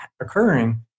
occurring